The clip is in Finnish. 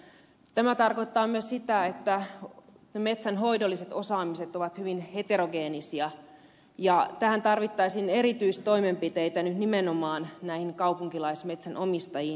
tämä tarkoittaa myös sitä että metsänhoidolliset osaamiset ovat hyvin heterogeenisia ja nyt nimenomaan näihin kaupunkilaismetsänomistajiin tarvittaisiin erityistoimenpiteitä